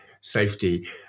safety